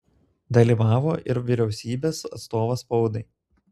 dalyvavo ir vyriausybės atstovas spaudai